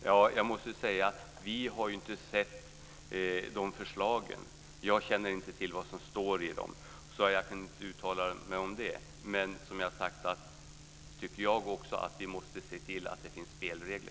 Herr talman! Vi har inte sett förslagen. Jag känner inte till vad som står i dem, så jag kan inte uttala mig om det. Men jag tycker också, som jag sagt, att vi måste se till att det finns spelregler.